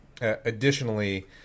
Additionally